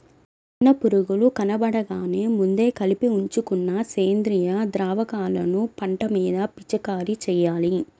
చిన్న పురుగులు కనబడగానే ముందే కలిపి ఉంచుకున్న సేంద్రియ ద్రావకాలను పంట మీద పిచికారీ చెయ్యాలి